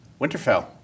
Winterfell